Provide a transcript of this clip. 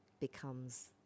becomes